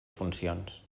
funcions